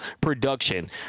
production